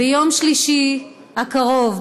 ביום שלישי הקרוב,